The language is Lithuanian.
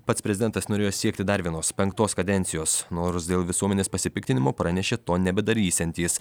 pats prezidentas norėjo siekti dar vienos penktos kadencijos nors dėl visuomenės pasipiktinimo pranešė to nebedarysiantis